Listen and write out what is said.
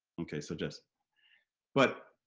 okay so just but